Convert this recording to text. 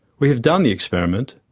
we have done the experiment,